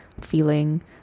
feeling